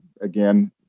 again